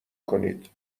کنید